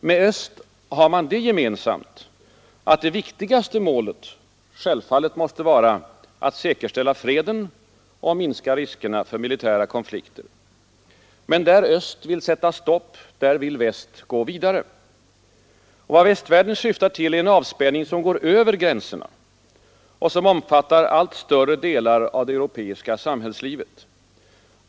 Med öst har man det gemensamt, att det övergripande målet måste vara att säkerställa freden och minska riskerna för militära konflikter. Men där öst vill sätta stopp, där vill väst gå vidare. Vad västvärlden syftar till är en avspänning som går över gränserna och som omfattar allt större delar av det europeiska samhällslivet.